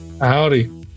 Howdy